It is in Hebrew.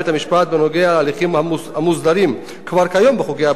בנוגע להליכים המוסדרים כבר כיום בחוקי הבחירות,